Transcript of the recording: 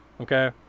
okay